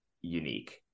unique